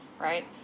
Right